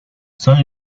son